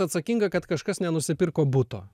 atsakinga kad kažkas nenusipirko buto